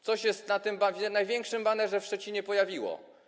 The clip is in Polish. Co się na tym największym banerze w Szczecinie pojawiło?